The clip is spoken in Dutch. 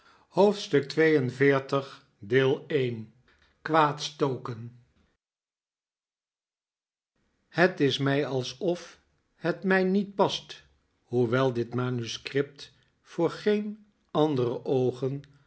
hoofdstuk xlii kwaadstoken het is mij alsof het mij niet past hoewel dit manuscript voor geen andere oogen